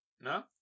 No